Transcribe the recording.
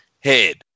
head